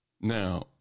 Now